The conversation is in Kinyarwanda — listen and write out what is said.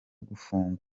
gufungwa